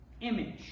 image